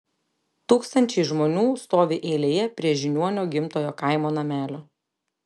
tūkstančiai žmonių stovi eilėje prie žiniuonio gimtojo kaimo namelio